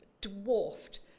dwarfed